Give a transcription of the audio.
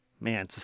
man